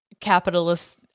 capitalist